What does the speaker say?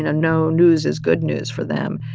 and no news is good news for them.